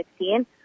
2016